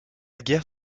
guerre